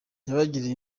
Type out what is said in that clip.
yabagiriye